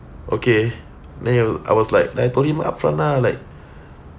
okay then ya I was like I told him upfront lah like